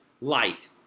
light